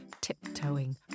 tiptoeing